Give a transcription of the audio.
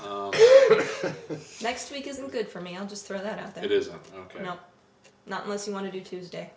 next week isn't good for me i'll just throw that out there's no not unless you want to do tuesday